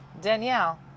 Danielle